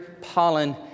pollen